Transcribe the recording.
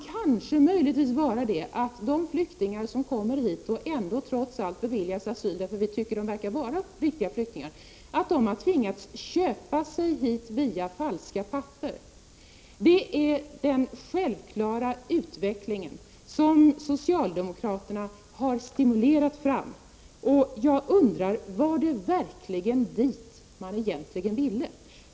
Ja, möjligen kan det vara så att de flyktingar som trots allt kommer hit och beviljas asyl därför att vi tycker de verkar vara riktiga flyktingar har tvingats köpa sig hit via falska papper. Det är den självklara utveckling som socialdemokraterna har stimulerat fram. Jag undrar: Var det verkligen dit man egentligen ville?